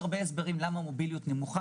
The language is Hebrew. יש כמה מדדים של הביטוח הלאומי,